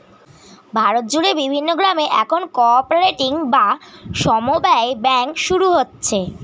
ভারত জুড়ে বিভিন্ন গ্রামে এখন কো অপারেটিভ বা সমব্যায় ব্যাঙ্ক শুরু হচ্ছে